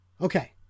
Okay